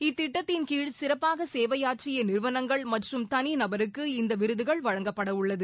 இத்திட்டத்தின்கீழ் சிறப்பாக சேவையாற்றிய நிறுவனங்கள் மற்றும் தனிநபருக்கு இந்த விருதுகள் வழங்கப்பட உள்ளது